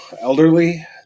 elderly